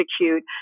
execute